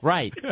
Right